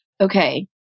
okay